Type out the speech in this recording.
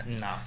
no